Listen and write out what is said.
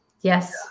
Yes